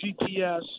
GPS